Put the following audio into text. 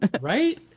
Right